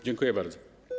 Dziękuję bardzo.